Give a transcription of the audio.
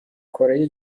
کره